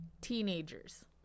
teenagers